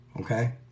okay